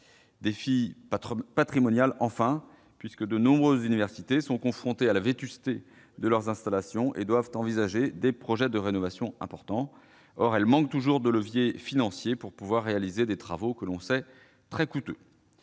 défi patrimonial. De nombreuses universités sont confrontées à la vétusté de leurs installations et doivent envisager des projets de rénovation importants. Or elles manquent toujours de leviers financiers pour réaliser des travaux que l'on sait très coûteux.